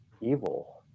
evil